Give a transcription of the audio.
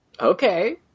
Okay